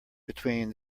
between